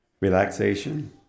relaxation